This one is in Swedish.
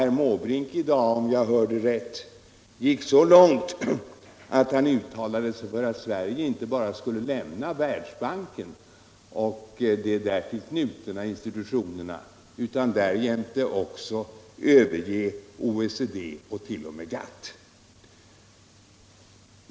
Herr Måbrink gick, om jag hörde rätt, så långt att han uttalade sig för att Sverige inte bara skulle lämna Världsbanken och de till den knutna institutionerna utan därjämte också överge OECD och 1.0. m. GATT.